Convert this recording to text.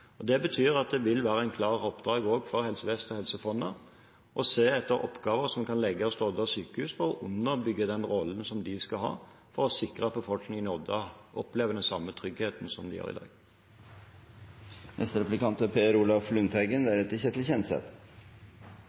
akuttsykehus. Det betyr at det vil være et klart oppdrag for Helse Vest og Helse Fonna å se etter oppgaver som kan legges til Odda sjukehus for å underbygge rollen de skal ha for å sikre at befolkningen i Odda opplever den samme tryggheten som de gjør i